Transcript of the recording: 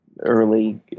early